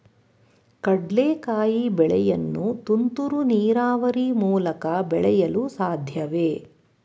ಕಡ್ಲೆಕಾಯಿ ಬೆಳೆಯನ್ನು ತುಂತುರು ನೀರಾವರಿ ಮೂಲಕ ಬೆಳೆಯಲು ಸಾಧ್ಯವೇ?